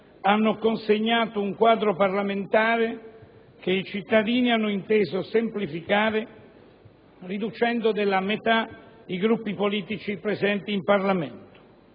hanno consegnato un quadro parlamentare che i cittadini hanno inteso semplificare riducendo della metà i Gruppi politici presenti in Parlamento.